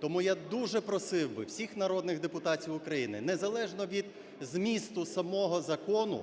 Тому я дуже просив би всіх народних депутатів України, незалежно від змісту самого закону,